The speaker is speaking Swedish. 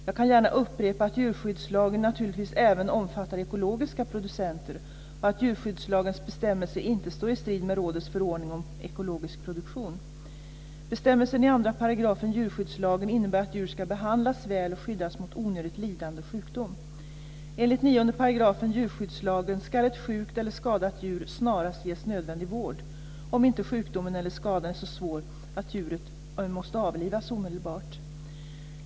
Jag kan gärna upprepa att djurskyddslagen naturligtvis även omfattar ekologiska producenter och att djurskyddslagens bestämmelser inte står i strid med rådets förordning om ekologisk produktion. Bestämmelsen i 2 § djurskyddslagen innebär att djur ska behandlas väl och skyddas mot onödigt lidande och sjukdom. Enligt 9 § djurskyddslagen ska ett sjukt eller skadat djur snarast ges nödvändig vård, om inte sjukdomen eller skadan är så svår att djuret måste avlivas omedelbart.